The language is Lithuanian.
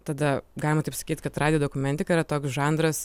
tada galima taip sakyt kad radijo dokumentika yra toks žanras